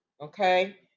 okay